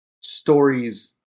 stories